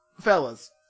fellas